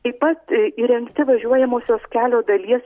taip pat įrengti važiuojamosios kelio dalies